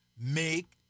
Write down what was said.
Make